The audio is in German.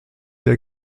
der